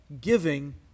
giving